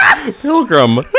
Pilgrim